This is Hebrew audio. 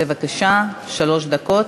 בבקשה, שלוש דקות.